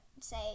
say